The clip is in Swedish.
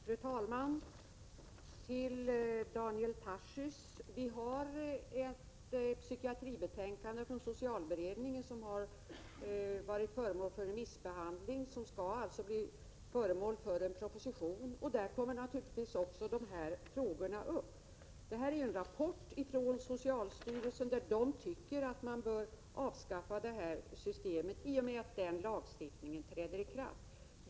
Fru talman! Till Daniel Tarschys: Vi har ett betänkande om psykiatrin från socialberedningen som har varit föremål för remissbehandling och som skall resultera i en proposition. Där kommer naturligtvis också dessa frågor upp. Här handlar det om en rapport från socialstyrelsen där den tycker att man bör avskaffa systemet i och med att den nya lagstiftningen träder i kraft.